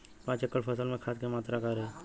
पाँच एकड़ फसल में खाद के मात्रा का रही?